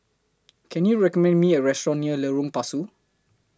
Can YOU recommend Me A Restaurant near Lorong Pasu